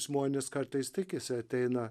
žmonės kartais tikisi ateina